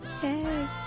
Hey